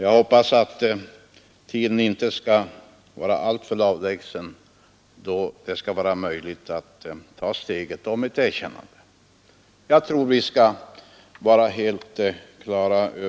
Jag hoppas att den tidpunkten inte skall vara alltför avlägsen då det blir möjligt att ta steget till ett erkännande.